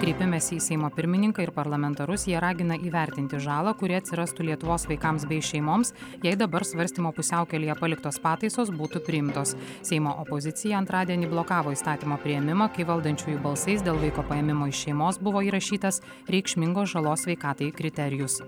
kreipimesi į seimo pirmininką ir parlamentarus jie ragina įvertinti žalą kuri atsirastų lietuvos vaikams bei šeimoms jei dabar svarstymo pusiaukelėje paliktos pataisos būtų priimtos seimo opozicija antradienį blokavo įstatymo priėmimą kai valdančiųjų balsais dėl vaiko paėmimo iš šeimos buvo įrašytas reikšmingos žalos sveikatai kriterijus